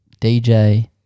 DJ